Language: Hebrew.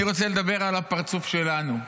אני רוצה לדבר על הפרצוף שלנו,